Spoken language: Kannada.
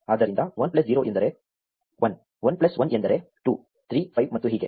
ಆದ್ದರಿಂದ 1 ಪ್ಲಸ್ 0 ಎಂದರೆ 1 1 ಪ್ಲಸ್ 1 ಎಂದರೆ 2 3 5 ಮತ್ತು ಹೀಗೆ